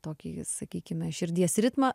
tokį sakykime širdies ritmą